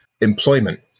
employment